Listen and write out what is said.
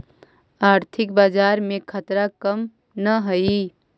आर्थिक बाजार में खतरा कम न हाई